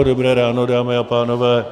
Dobré ráno, dámy a pánové.